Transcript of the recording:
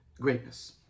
greatness